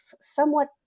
somewhat